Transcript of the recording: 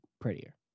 prettier